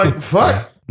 fuck